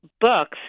books